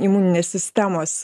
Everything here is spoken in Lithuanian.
imuninės sistemos